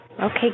Okay